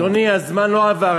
אדוני, הזמן לא עבר.